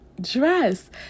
dress